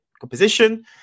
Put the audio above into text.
composition